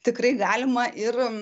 tikrai galima ir